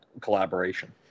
collaboration